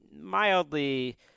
mildly